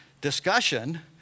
discussion